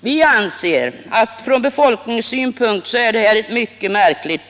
Vi anser att detta beslut ur befolkningssynpunkt är mycket märkligt.